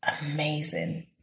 amazing